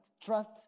Trust